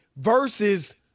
Versus